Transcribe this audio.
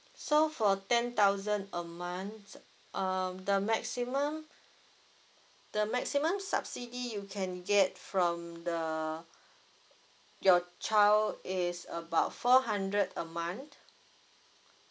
so for ten thousand a month um the maximum the maximum subsidy you can get from the your child is about four hundred a month